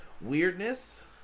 weirdness